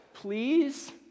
Please